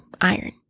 iron